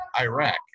Iraq